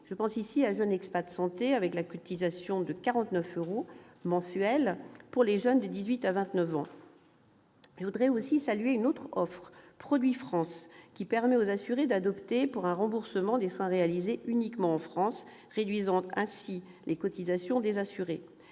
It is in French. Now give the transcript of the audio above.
Je pense à l'assurance JeunExpat Santé, avec une cotisation de 49 euros mensuels pour les jeunes de 18 à 29 ans. Je veux aussi saluer une autre offre « Produit France », qui permet aux assurés d'opter pour un remboursement des soins réalisés uniquement en France, réduisant ainsi leurs cotisations. La majorité